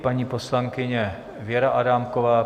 Paní poslankyně Věra Adámková.